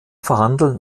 verhandeln